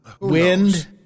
wind